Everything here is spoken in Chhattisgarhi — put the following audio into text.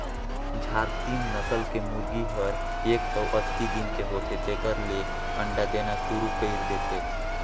झारसिम नसल के मुरगी हर एक सौ अस्सी दिन के होथे तेकर ले अंडा देना सुरु कईर देथे